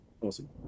Awesome